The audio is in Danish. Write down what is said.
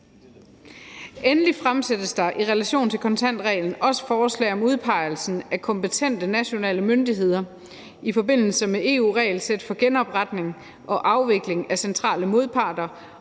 Endelig fremsættes der i relation til kontantreglen også forslag om udpegelse af kompetente nationale myndigheder i forbindelse med EU's regelsæt for genopretning og afvikling af centrale modparter